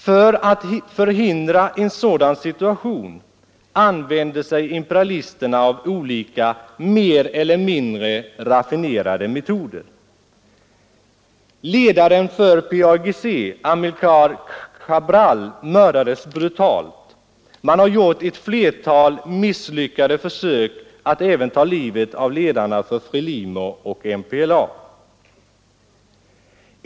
För att förhindra en sådan situation använder sig imperialisterna av olika, mer eller mindre raffinerade, metoder. Ledaren för PAIGG, Amilcar Cabral, mördades brutalt. Man har gjort ett flertal misslyckade försök att även ta livet av ledarna för FRELIMO och MPLA.